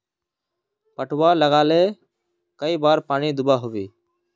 पटवा लगाले कई बार पानी दुबा होबे?